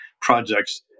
projects